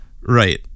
right